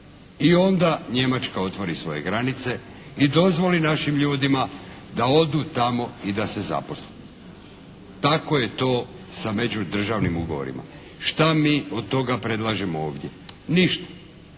I onda Njemačka otvori svoje granice i dozvoli našim ljudima da odu tamo i da se zaposle. Tako je to sa međudržavnim ugovorima. Šta mi od toga predlažemo ovdje? Ništa.